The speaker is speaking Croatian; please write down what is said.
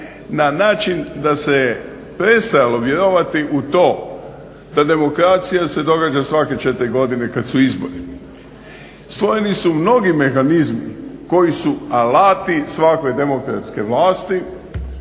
na način da se prestalo vjerovati u to da demokracija se događa svake četiri godine kad su izbori. Stvoreni su mnogi mehanizmi koji su alati svake demokratske vlasti,